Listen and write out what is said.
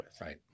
Right